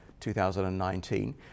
2019